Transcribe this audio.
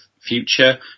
future